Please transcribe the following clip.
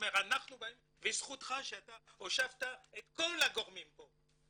וזכותך שהושבת את כל הגורמים פה,